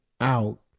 out